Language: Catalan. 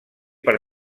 per